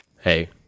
Hey